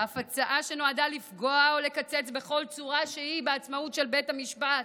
לאף הצעה שנועדה לפגוע או לקצץ בכל צורה שהיא בעצמאות של בית המשפט.